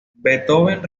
beethoven